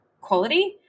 quality